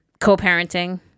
Co-parenting